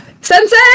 sensei